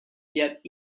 yet